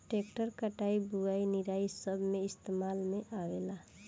tractor कटाई, बुवाई, निराई सब मे इस्तेमाल में आवेला